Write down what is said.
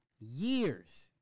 years